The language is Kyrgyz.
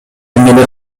эмнелер